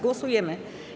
Głosujemy.